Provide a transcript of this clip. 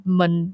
mình